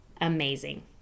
amazing